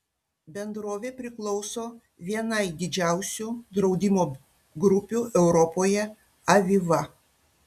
bendrovė priklauso vienai didžiausių draudimo grupių europoje aviva